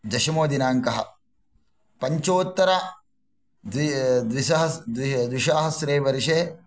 दशमो दिनाङ्कः पञ्चोत्तर द्विसहस्रे वर्षे